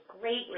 great